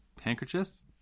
handkerchiefs